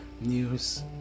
News